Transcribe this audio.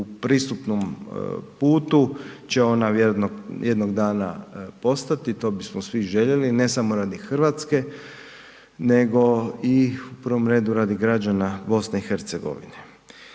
u pristupnom putu će ona vjerojatno jednoga dana postati, to bismo svi željeli, ne samo radi Hrvatske nego i u prvom redu radi građana BiH-a.